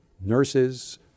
nurses